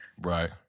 Right